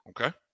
Okay